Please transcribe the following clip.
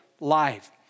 life